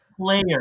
player